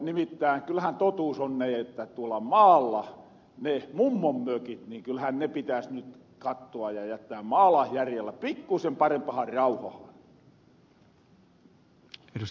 nimittäin kyllähän totuus on niin että kyllähän tuolla maalla ne mummonmökit pitääs nyt kattoa ja jättää maalaihjärjellä pikkusen parempahan rauhahan